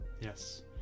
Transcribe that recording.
Yes